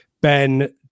Ben